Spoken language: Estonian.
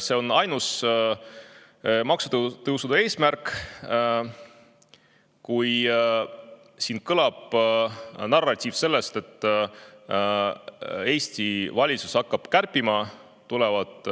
See on ainus maksutõusude eesmärk. Kui siin kõlab narratiiv, et Eesti valitsus hakkab kärpima, tulevad